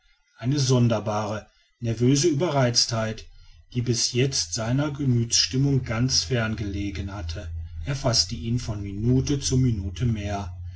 eine sonderbare nervöse überreiztheit die bis jetzt seiner gemüthsstimmung ganz fern gelegen hatte erfaßte ihn von minute zu minute mehr